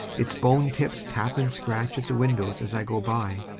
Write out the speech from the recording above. its bone tips tap and scratch at the windows as i go by,